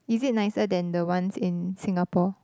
is it nicer than the ones in Singapore